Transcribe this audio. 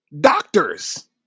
doctors